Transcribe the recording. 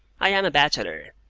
i am a bachelor,